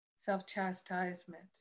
self-chastisement